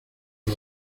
los